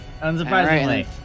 unsurprisingly